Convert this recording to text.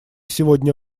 сегодня